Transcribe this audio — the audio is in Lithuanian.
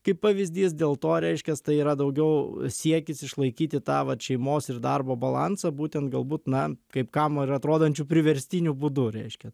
kaip pavyzdys dėl to reiškias tai yra daugiau siekis išlaikyti tą vat šeimos ir darbo balansą būtent galbūt na kaip kam ir atrodančiu priverstiniu būdu reiškia